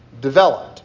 developed